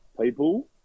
people